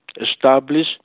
establish